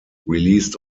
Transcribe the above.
released